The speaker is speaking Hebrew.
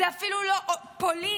זו אפילו לא פולין,